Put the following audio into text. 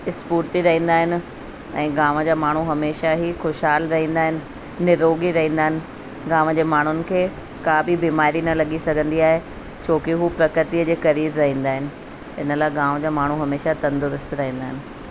स्फ़ूर्ती रहंदा आहिनि ऐं गांव जा माण्हू हमेशा ही खुशहाल रहींदा आहिनि निरोगी रहींदा आहिनि गांव जे माण्हुनि खे का बि बीमारी न लॻी सघंदी आहे छो को उहे प्रकृतिअ जे करीब रहींदा आहिनि इन करे गाम जा माण्हू हमेशा तंदुरुस्त रहंदा आहिनि